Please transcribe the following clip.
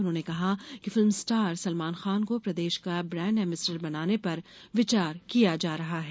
उन्होंने कहा कि फिल्म स्टार सलमान खान को प्रदेश का ब्रांड एम्बसेडर बनाने पर विचार किया जा रहा है